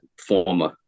former